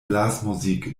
blasmusik